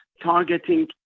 targeting